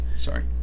Sorry